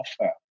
offer